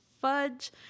fudge